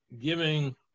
giving